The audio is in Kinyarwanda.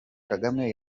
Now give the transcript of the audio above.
kagame